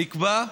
נקבע,